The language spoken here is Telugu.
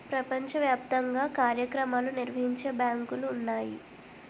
ప్రపంచ వ్యాప్తంగా కార్యక్రమాలు నిర్వహించే బ్యాంకులు ఉన్నాయి